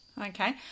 Okay